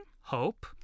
hope